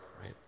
right